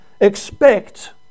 expect